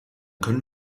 können